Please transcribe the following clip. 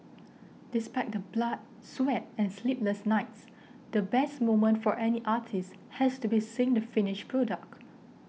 despite the blood sweat and sleepless nights the best moment for any artist has to be seeing the finished product